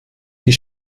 die